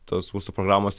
tos mūsų programos